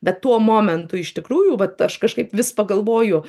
bet tuo momentu iš tikrųjų vat aš kažkaip vis pagalvoju